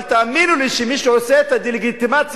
אבל תאמינו לי שמי שעושה את הדה-לגיטימציה